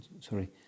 sorry